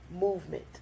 Movement